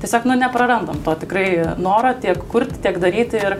tiesiog nu neprarandam to tikrai noro tiek kurt tiek daryti ir